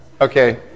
Okay